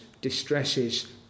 distresses